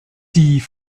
die